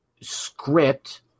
script